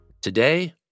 Today